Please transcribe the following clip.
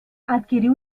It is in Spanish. adquirió